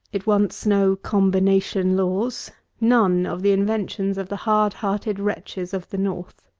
it wants no combination laws none of the inventions of the hard-hearted wretches of the north.